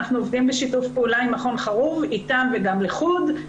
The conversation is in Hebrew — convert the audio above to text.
אנחנו עובדים בשיתוף פעולה עם מכון חרוב כדי להעלות מודעות,